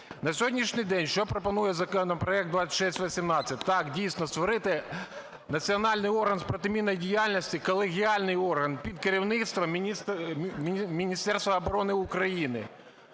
На сьогоднішній день що пропонує законопроект 2618. Так, дійсно, створити національний орган з протимінної діяльності, колегіальний орган під керівництвом Міністерства оборони України,